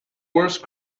worst